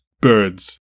birds